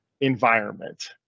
environment